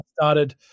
started